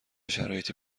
شرایطی